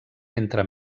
entre